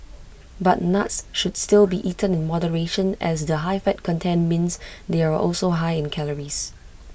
but nuts should still be eaten in moderation as the high fat content means they are also high in calories